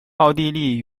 奥地利